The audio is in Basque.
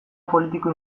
politiko